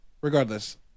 Regardless